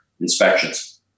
inspections